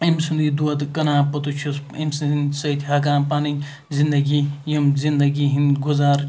أمۍ سُنٛدُے دۄد کٕنان پوٚتُس چھُس أمۍ سِندِ سۭتۍ ہیٚکان پَنٕنۍ زِندَگی یِم زِندَگی ہِنٛد گُزار